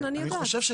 אני יודעת.